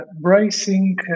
bracing